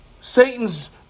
Satan's